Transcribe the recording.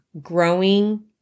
growing